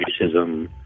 Racism